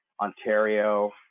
Ontario